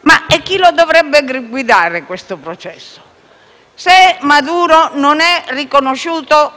Ma chi dovrebbe guidare questo processo? Se Maduro non è riconosciuto